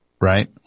Right